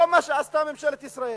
ולא מה שעשתה ממשלת ישראל.